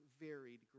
varied